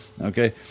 okay